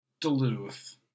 duluth